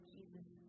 Jesus